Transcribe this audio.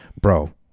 Bro